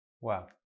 Wow